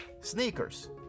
Sneakers